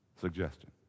Suggestion